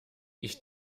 ich